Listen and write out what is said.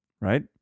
Right